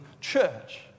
church